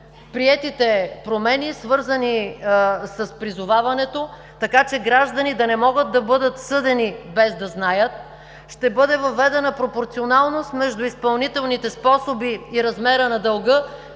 приетите промени, свързани с призоваването, така че граждани да не могат да бъдат съдени без да знаят. Ще бъде въведена пропорционалност между изпълнителните способи и размера на дълга,